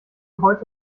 heute